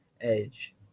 Edge